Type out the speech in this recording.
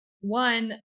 One